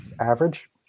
average